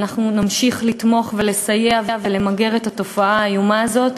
ואנחנו נמשיך לתמוך ולסייע ולמגר את התופעה האיומה הזאת.